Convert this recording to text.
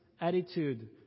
attitude